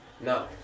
No